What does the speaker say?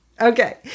Okay